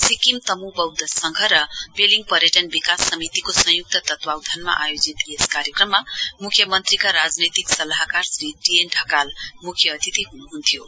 सिक्किम तम् वौध्द संघ र पेलिङ पर्यटन विकास समितिको संयुक्त तत्वावधानमा आयोजित यस कार्यक्रममा मुख्य मन्त्रीका राजनैतिक सल्लाहकार श्री टी एन ढ़काल मुख्य अतिथि हुनुहन्थ्यो